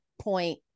point